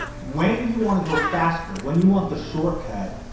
when you wanna go faster, when you want the shortcut,